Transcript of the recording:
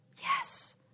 Yes